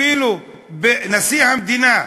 אפילו נשיא המדינה,